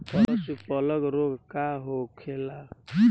पशु प्लग रोग का होखेला?